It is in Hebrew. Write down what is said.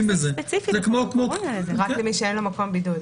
רק מי שאין לו מקום בידוד,